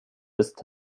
ist